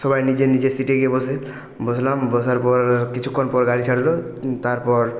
সবাই নিজের নিজের সিটে গিয়ে বসে বসলাম বসার পর কিছুক্ষণ পর গাড়ি ছাড়ল তারপর